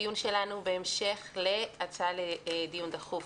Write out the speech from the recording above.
הדיון שלנו בהמשך להצעה לדיון דחוף,